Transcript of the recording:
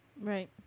Right